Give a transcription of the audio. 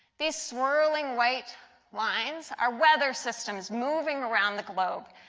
these swirling white lines are weather systems moving around the globe.